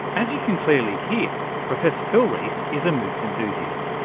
as you can clearly hear, professor filreis is a moocs enthusiast.